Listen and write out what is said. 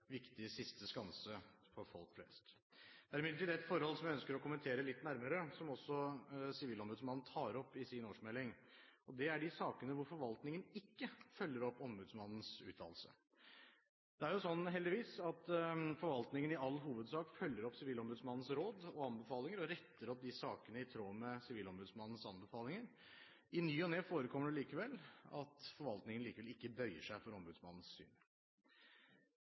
siste skanse for folk flest. Det er imidlertid ett forhold som jeg ønsker å kommentere litt nærmere, som også Sivilombudsmannen tar opp i sin årsmelding. Det er de sakene hvor forvaltningen ikke følger opp ombudsmannens uttalelse. Det er sånn, heldigvis, at forvaltningen i all hovedsak følger Sivilombudsmannens råd og anbefalinger og retter opp sakene i tråd med Sivilombudsmannens anbefalinger. I ny og ne forekommer det allikevel at forvaltningen ikke bøyer seg for ombudsmannens syn.